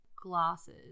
glasses